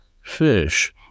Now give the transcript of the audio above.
fish